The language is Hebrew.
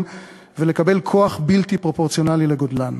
ולקבל כוח בלתי פרופורציונלי לגודלן.